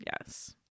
Yes